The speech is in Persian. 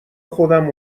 خودم